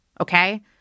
Okay